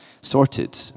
sorted